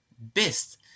best